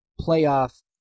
playoff